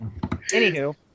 Anywho